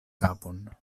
kapon